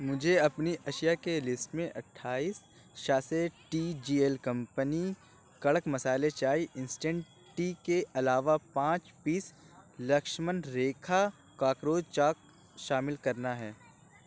مجھے اپنی اشیا کے لسٹ میں اٹھائیس sachet T G L company کڑک مصالحے چائے انسٹنٹ ٹی کے علاوہ پانچ piece Lakshman Rekha cockroach chalk شامل کرنا ہے